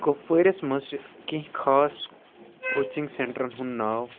کُپوٲرِس منٛز چھِ کینٛہہ خاص کوچِنٛگ سیٚنٹرَن ہُںٛد ناو